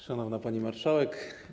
Szanowna Pani Marszałek!